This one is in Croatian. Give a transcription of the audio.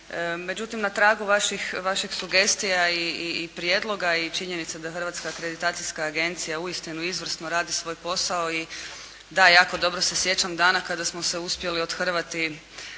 međutim na tragu vaših sugestija i prijedloga i činjenica da Hrvatska akreditacijska agencija uistinu izvrsno radi svoj posao i da jako se dobro sjećam dana kada smo se uspjeli othrvati